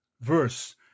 verse